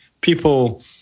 people